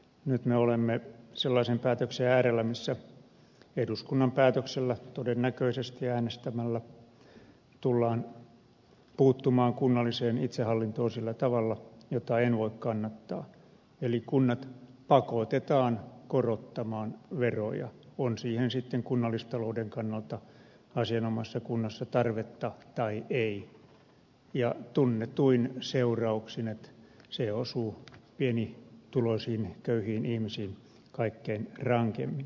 nyt me olemme sellaisen päätöksen äärellä että eduskunnan päätöksellä todennäköisesti äänestämällä tullaan puuttumaan kunnalliseen itsehallintoon sillä tavalla jota en voi kannattaa eli kunnat pakotetaan korottamaan veroja on siihen sitten kunnallistalouden kannalta asianomaisessa kunnassa tarvetta tai ei ja tunnetuin seurauksin että se osuu pienituloisiin köyhiin ihmisiin kaikkein rankimmin